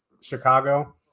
Chicago